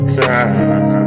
time